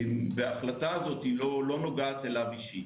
וההחלטה הזו לא נוגעת אליו אישית.